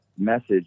message